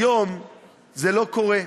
היום זה לא קורה.